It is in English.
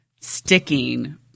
sticking